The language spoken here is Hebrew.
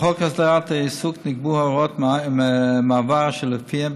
בחוק הסדרת העיסוק נקבעו הוראות מעבר אשר לפיהן,